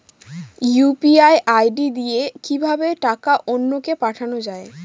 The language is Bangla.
ইউ.পি.আই আই.ডি দিয়ে কিভাবে টাকা অন্য কে পাঠানো যায়?